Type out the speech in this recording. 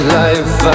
life